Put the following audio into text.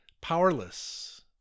powerless